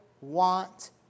want